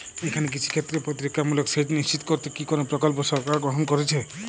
এখানে কৃষিক্ষেত্রে প্রতিরক্ষামূলক সেচ নিশ্চিত করতে কি কোনো প্রকল্প সরকার গ্রহন করেছে?